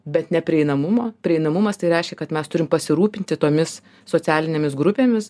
bet neprieinamumo prieinamumas tai reiškia kad mes turim pasirūpinti tomis socialinėmis grupėmis